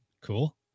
Cool